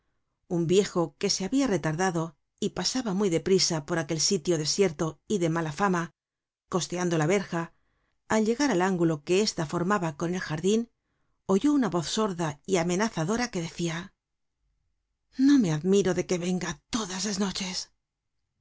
un viejo que se habia retardado y pasaba muy de prisa por aquel sitio desierto y de mala fama costeando la verja al llegar al ángulo que esta formaba con el jardin oyó una voz sorda y amenazadora que decia no me admiro de que venga todas las noches